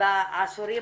בעשורים